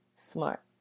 Smart